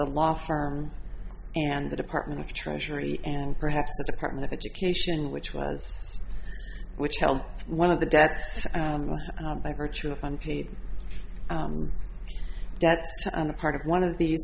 the law firm and the department of treasury and perhaps the department of education which was which held one of the debts by virtue of unpaid debts on the part of one of the